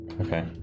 Okay